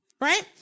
right